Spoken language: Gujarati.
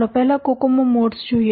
ચાલો પહેલા કોકોમો મોડ્સ જોઈએ